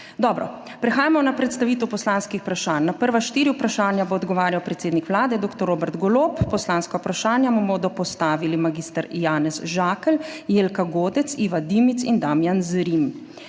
Dobro. Prehajamo na predstavitev poslanskih vprašanj. Na prva štiri vprašanja bo odgovarjal predsednik Vlade dr. Robert Golob. Poslanska vprašanja mu bodo postavili mag. Janez Žakelj, Jelka Godec, Iva Dimic in Damijan Zrim.